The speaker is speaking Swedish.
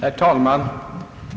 Herr talman!